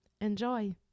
Enjoy